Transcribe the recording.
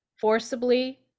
forcibly